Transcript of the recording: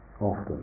often